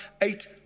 eight